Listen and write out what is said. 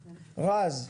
רז.